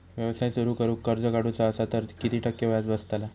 व्यवसाय सुरु करूक कर्ज काढूचा असा तर किती टक्के व्याज बसतला?